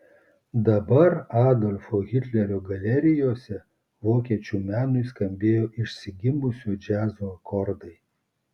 dabar adolfo hitlerio galerijose vokiečių menui skambėjo išsigimusio džiazo akordai